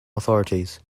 authorities